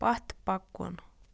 پتھ پکُن